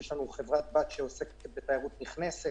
יש לנו חברת בת שעוסקת בתיירות נכנסת.